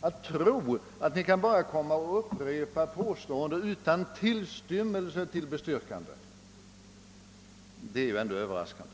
Att bara tro att Ni kan hålla på och upprepa påståenden utan tillstymmelse till bestyrkande! Detta är ju ändå överraskande.